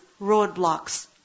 Roadblocks